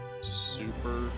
super